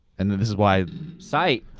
and this is why sight.